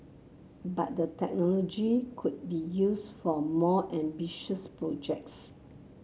but the technology could be used for more ambitious projects